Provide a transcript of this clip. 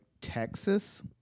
Texas